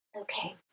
Okay